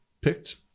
picked